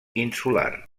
insular